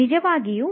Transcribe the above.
ನಿಜವಾಗಿಯೂ